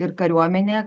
ir kariuomene